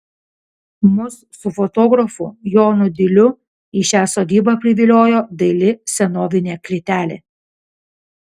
mus su fotografu jonu diliu į šią sodybą priviliojo daili senovinė klėtelė